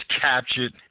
captured